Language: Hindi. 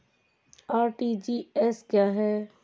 आर.टी.जी.एस क्या है?